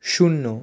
শূন্য